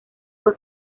fue